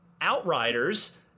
Outriders